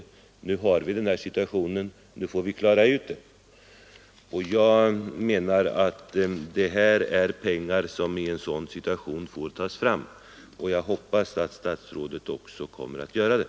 Men nu har vi den situation vi har, och vi får klara upp den. Jag menar att detta är pengar som i nuvarande situation måste tas fram, och jag hoppas att statsrådet också kommer att göra det.